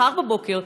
מחר בבוקר,